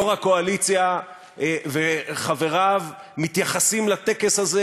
יושב-ראש הקואליציה וחבריו מתייחסים לטקס הזה